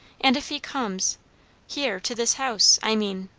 and if he comes here, to this house, i mean